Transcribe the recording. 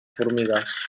formigues